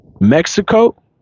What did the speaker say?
Mexico